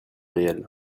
réel